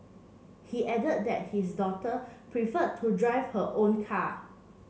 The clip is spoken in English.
he added that his daughter preferred to drive her own car